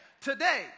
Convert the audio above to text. Today